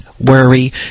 worry